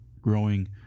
growing